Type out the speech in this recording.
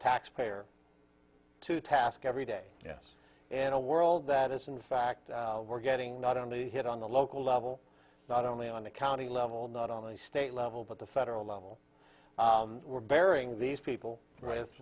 taxpayer to task every day yes and a world that is in fact we're getting not only hit on the local level not only on the county level not on the state level but the federal level we're bearing these people with